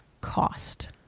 cost